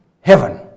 Heaven